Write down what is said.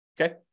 Okay